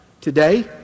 Today